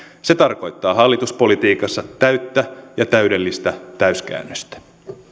se tarkoittaa hallituspolitiikassa täyttä ja täydellistä täyskäännöstä